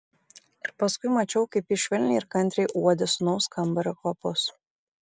ir paskui mačiau kaip ji švelniai ir kantriai uodė sūnaus kambario kvapus